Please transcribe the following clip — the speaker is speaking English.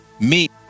meet